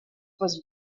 was